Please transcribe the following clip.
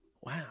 Wow